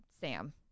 Sam